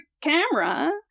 camera